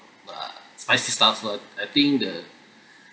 a spicy stuff but I think the